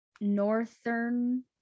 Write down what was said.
northern